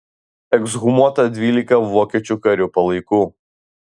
ekshumuota dvylika vokiečių karių palaikų